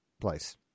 place